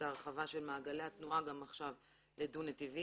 את ההרחבה של מעגלי התנועה לדו-נתיבי.